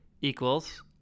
equals